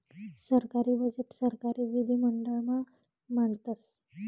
सरकारी बजेट सरकारी विधिमंडळ मा मांडतस